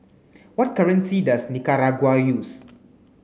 what currency does Nicaragua use